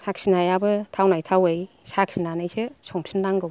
साखिनायाबो थावनाय थावै साखिनानैसो संफिननांगौ